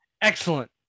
Excellent